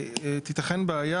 תיתכן בעיה,